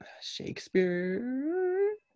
Shakespeare